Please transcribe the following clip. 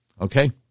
Okay